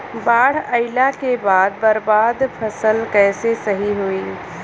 बाढ़ आइला के बाद बर्बाद फसल कैसे सही होयी?